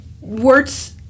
words